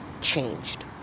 changed